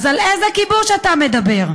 אז על איזה כיבוש אתה מדבר?